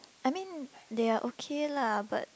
I mean they are okay lah but